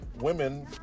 women